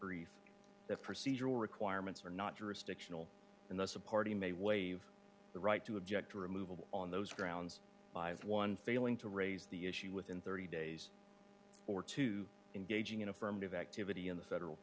brief that procedural requirements are not jurisdictional and thus a party may waive the right to object to removal on those grounds by one failing to raise the issue within thirty days or to engaging in affirmative activity in the federal